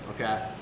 okay